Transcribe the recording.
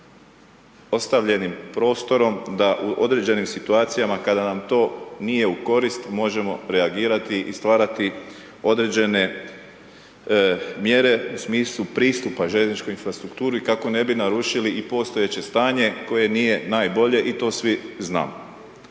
ostavljenim prostorom da u određenim situacijama kada nam to nije u korist, možemo reagirati i stvarati određene mjere u smislu pristupa željezničkoj infrastrukturi kako ne bi narušili i postojeće stanje koje nije najbolje i to svi znamo.